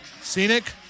Scenic